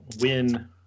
win